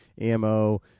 ammo